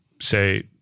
say